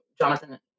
Jonathan